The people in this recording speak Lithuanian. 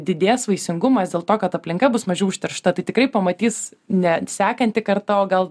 didės vaisingumas dėl to kad aplinka bus mažiau užteršta tai tikrai pamatys net sekanti karta o gal